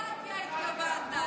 ביביקרטיה התכוונת.